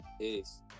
Peace